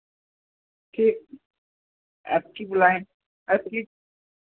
कि अबकी बुलाएँ अबकी